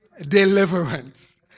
Deliverance